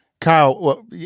Kyle